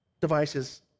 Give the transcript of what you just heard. devices